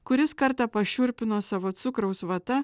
kuris kartą pašiurpino savo cukraus vata